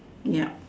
yup